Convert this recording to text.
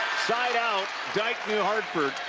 right out, dyke new hartford